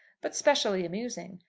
but specially amusing.